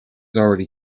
already